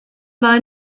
war